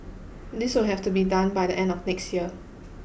this will have to be done by the end of next year